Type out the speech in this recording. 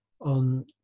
on